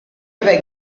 haver